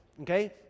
Okay